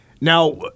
Now